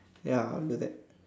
ya I'll do that